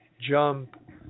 jump